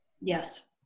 Yes